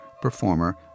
performer